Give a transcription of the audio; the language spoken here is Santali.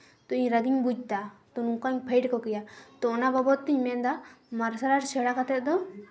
ᱛᱚ ᱤᱧ ᱨᱟᱹᱜᱤᱧ ᱵᱩᱡᱽ ᱮᱫᱟ ᱛᱚ ᱱᱚᱝᱠᱟᱧ ᱯᱷᱟᱹᱭᱤᱴ ᱠᱚ ᱠᱮᱭᱟ ᱛᱚ ᱚᱱᱟ ᱵᱟᱵᱚᱫ ᱛᱤᱧ ᱢᱮᱱᱫᱟ ᱢᱟᱨᱥᱟᱞ ᱟᱨᱴᱥ ᱥᱮᱬᱟ ᱠᱟᱛᱮ ᱫᱚ